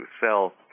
sell